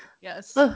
yes